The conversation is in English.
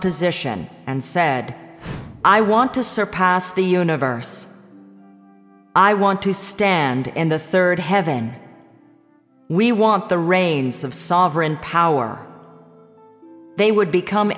position and said i want to surpass the universe i want to stand in the third heaven we want the reins of sovereign power they would become